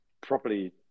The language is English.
properly